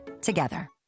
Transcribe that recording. together